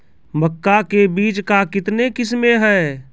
मक्का के बीज का कितने किसमें हैं?